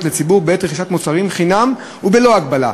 לציבור בעת רכישת מוצרים חינם ובלא הגבלה.